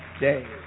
day